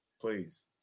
please